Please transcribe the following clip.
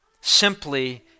simply